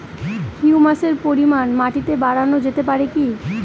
হিউমাসের পরিমান মাটিতে বারানো যেতে পারে কি?